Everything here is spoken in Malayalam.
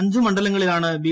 അഞ്ച് മണ്ഡലങ്ങളിലാണ് ബി